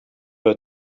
were